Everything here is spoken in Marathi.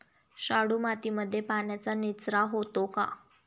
शाडू मातीमध्ये पाण्याचा निचरा होतो का?